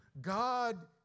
God